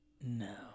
No